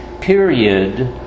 period